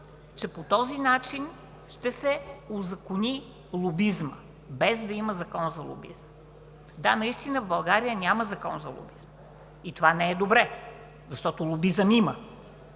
че по този начин ще се узакони лобизмът, без да има закон за лобизъм. Да, наистина в България няма закон за лобизма и това не е добре, защото лобизъм има.